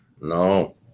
No